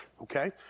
Okay